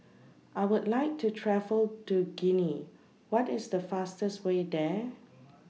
I Would like to travel to Guinea What IS The fastest Way There